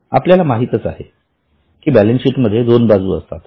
आपल्याला माहित आहे कि बॅलन्सशीट मध्ये दोन बाजू असतात